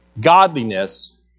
Godliness